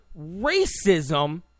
racism